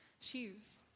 shoes